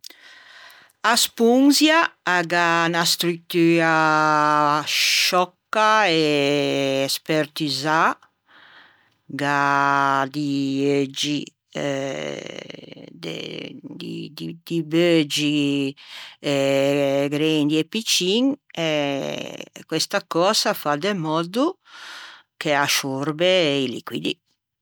A sponsia a gh'à unna struttua sciòcca e spertusâ a gh'à di euggi eh e di beuggi grendi e piccin e questa cösa a fa de mòddo che a sciorbe i liquidi